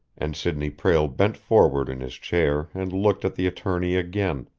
and sidney prale bent forward in his chair and looked at the attorney again,